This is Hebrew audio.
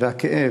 והכאב,